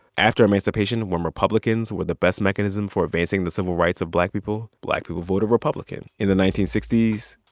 after emancipation, when republicans were the best mechanism for advancing the civil rights of black people, black people voted republican. in the nineteen sixty s,